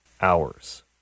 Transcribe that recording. hours